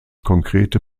konkrete